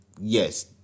yes